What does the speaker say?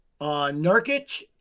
Nurkic